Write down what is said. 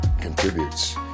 contributes